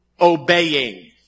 obeying